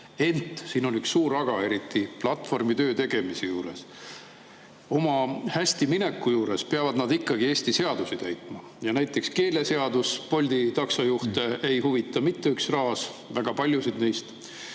Ent siin on üks suur aga, eriti platvormitöö tegemise juures: oma hästimineku juures peavad nad ikkagi Eesti seadusi täitma. Näiteks keeleseadus ei huvita Bolti taksojuhte mitte üks raas, väga paljusid neist.